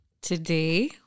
today